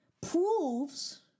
proves